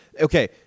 okay